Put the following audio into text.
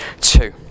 two